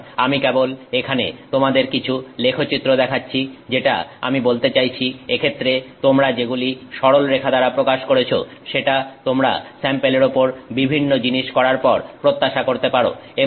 সুতরাং আমি কেবল এখানে তোমাদের কিছু লেখচিত্র দেখাচ্ছি যেটা আমি বলতে চাইছি এক্ষেত্রে তোমরা যেগুলি সরলরেখা দ্বারা প্রকাশ করেছ সেটা তোমরা স্যাম্পেলের উপর বিভিন্ন জিনিস করার পর প্রত্যাশা করতে পারো